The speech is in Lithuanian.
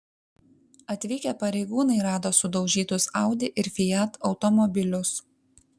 atvykę pareigūnai rado sudaužytus audi ir fiat automobilius